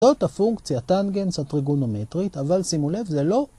זאת הפונקציה טנגנס הטריגונומטרית, אבל שימו לב זה לא...